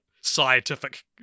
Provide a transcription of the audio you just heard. scientific